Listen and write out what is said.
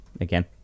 again